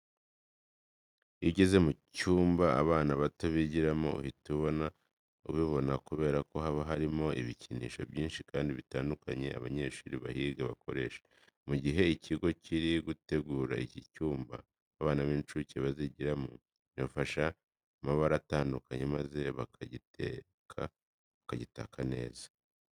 Iyo ugeze mu cyumba abana bato bigiramo uhita ubibona kubera ko haba harimo ibikinisho byinshi kandi bitandukanye abanyeshuri bahiga bakoresha. Mu gihe ikigo kiri gutegura iki cyumba abana b'incuke bazigiramo, bifashisha amabara atandukanye maze bakagitaka neza.